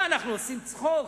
מה, אנחנו עושים צחוק?